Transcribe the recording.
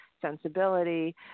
sensibility